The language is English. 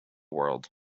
world